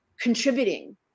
contributing